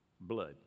blood